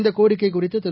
இந்த கோரிக்கை குறித்து திரு